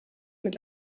mit